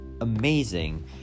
amazing